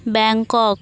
Bangkok